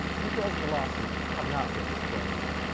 details of the lawsuit have not been disclosed.